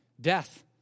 death